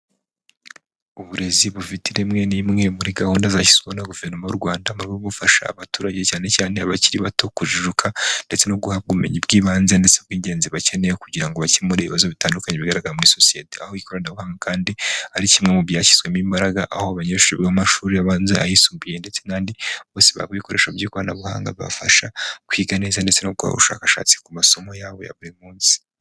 Uburezi bufite ireme ni imwe muri gahunda zashyizweho na Guverinoma y'u Rwanda mu rwego rwo gufasha abaturage cyane cyane abakiri bato kujijuka ndetse no guhabwa ubumenyi bw'ibanze, ndetse bw'ingenzi bakeneye kugira ngo bakemure ibibazo bitandukanye bigaragara muri sosiyete. Aho ikoranabuhanga kandi ari kimwe mu byashyizwemo imbaraga, aho abanyeshuri b'amashuri abanza, ayisumbuye ndetse n'andi bose bahabwa ibikoresho by'ikoranabuhanga bibafasha kwiga neza ndetse no gukora ubushakashatsi ku masomo yabo ya buri munsi.